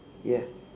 ya